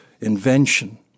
invention